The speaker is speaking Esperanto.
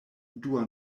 dua